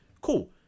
Cool